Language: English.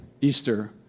Easter